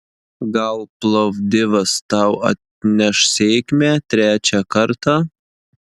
gal plovdivas tau atneš sėkmę trečią kartą